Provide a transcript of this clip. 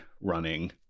running